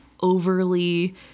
overly